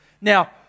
Now